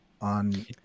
on